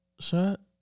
Shut